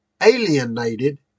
alienated